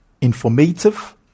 informative